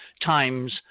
times